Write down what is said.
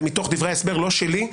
זה מתוך דברי ההסבר לא שלי,